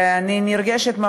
אני נרגשת,